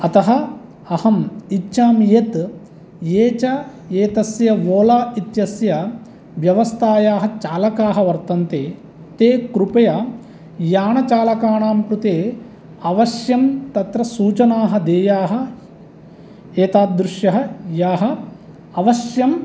अतः अहम् इच्छामि यत् ये च एतस्य ओला इत्यस्य व्यवस्थायाः चालकाः वर्तन्ते ते कृपया यानचालकाणां कृते अवश्यं तत्र सूचनाः देयाः एतादृश्यः यः अवश्यं